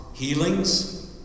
healings